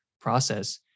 process